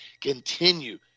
continue